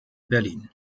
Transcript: berlin